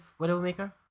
Widowmaker